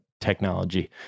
technology